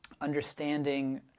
understanding